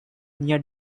near